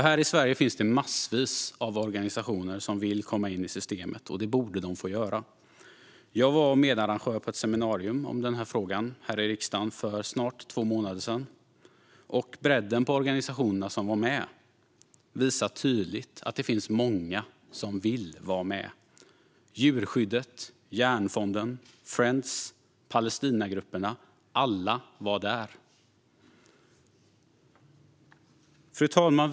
Här i Sverige finns det massvis av organisationer som vill få komma in i systemet, och det borde de få göra. Jag var medarrangör på ett seminarium om den här frågan här i riksdagen för snart två månader sedan. Bredden på organisationerna som var med visar tydligt att det finns många som vill vara med: Djurskyddet Sverige, Hjärnfonden, Friends, Palestinagrupperna, alla var där. Fru talman!